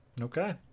Okay